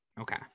Okay